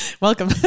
Welcome